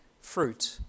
fruit